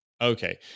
Okay